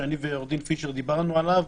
שאני ועו"ד פישר דיברנו עליו,